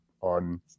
on